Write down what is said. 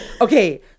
Okay